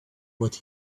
but